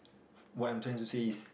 what I'm trying to say is